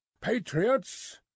Patriots